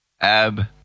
Ab